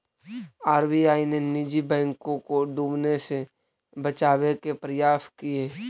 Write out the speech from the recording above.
RBI ने निजी बैंकों को डूबने से बचावे के प्रयास किए